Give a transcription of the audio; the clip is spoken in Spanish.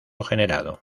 generado